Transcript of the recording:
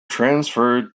transferred